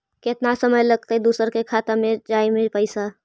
केतना समय लगतैय दुसर के खाता में जाय में पैसा?